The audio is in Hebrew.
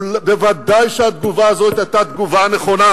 ודאי שהתגובה הזאת היתה התגובה הנכונה,